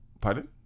Pardon